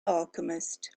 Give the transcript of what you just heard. alchemist